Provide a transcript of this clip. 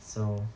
so